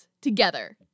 together